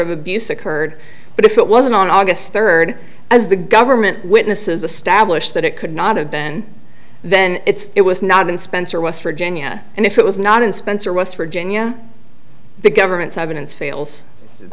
of abuse occurred but if it wasn't on august third as the government witnesses establish that it could not have been then it was not in spencer west virginia and if it was not in spencer west virginia the government's evidence fails